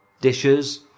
dishes